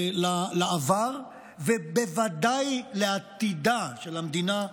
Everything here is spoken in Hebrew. לעבר ובוודאי לעתידה של המדינה.